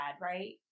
right